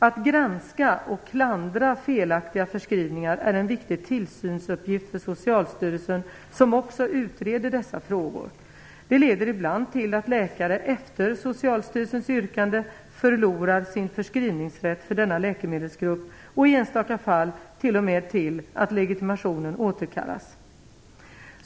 Att granska och klandra felaktiga förskrivningar är en viktig tillsynsuppgift för Socialstyrelsen, som också utreder dessa frågor. Det leder ibland till att läkare efter Socialstyrelsens yrkande förlorar sin förskrivningsrätt för denna läkemedelsgrupp och i enstaka fall t.o.m. till att legitimationen återkallas.